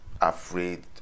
afraid